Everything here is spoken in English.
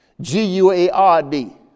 G-U-A-R-D